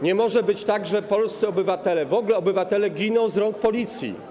Nie może być tak, że polscy obywatele, w ogóle obywatele, giną z rąk policji.